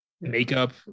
makeup